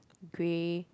grey